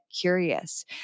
curious